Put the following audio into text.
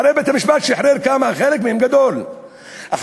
הרי בית-המשפט שחרר חלק גדול מהם.